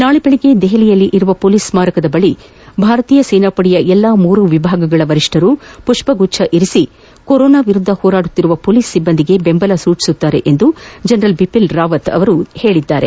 ನಾಳೆ ಬೆಳಗ್ಗೆ ದೆಹಲಿಯಲ್ಲಿರುವ ಪೊಲೀಸ್ ಸಾರಕದ ಬಳಿ ಭಾರತೀಯ ಸೇನಾಪಡೆಯ ಎಲ್ಲಾ ಮೂರು ವಿಭಾಗಗಳ ವರಿಷ್ಠರು ಪುಪ್ಪಗುಚ್ಡವಿರಿಸಿ ಕೊರೊನಾ ವಿರುದ್ದ ಹೋರಾಡುತ್ತಿರುವ ಹೊಲೀಸ್ ಸಿಬ್ಲಂದಿಗೆ ದೆಂಬಲ ಸೂಚಿಸಲಿದ್ದಾರೆ ಎಂದು ಜನರಲ್ ಬಿಪಿನ್ ರಾವತ್ ಅವರು ಹೇಳಿದ್ದಾರೆ